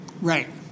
Right